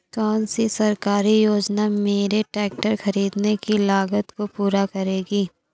कौन सी सरकारी योजना मेरे ट्रैक्टर ख़रीदने की लागत को पूरा करेगी?